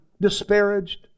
disparaged